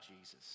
Jesus